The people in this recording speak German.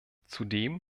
zudem